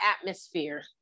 atmosphere